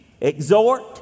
exhort